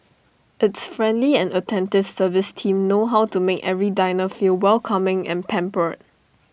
its friendly and attentive service team know how to make every diner feel welcoming and pampered